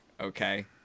okay